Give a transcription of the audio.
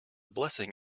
blessing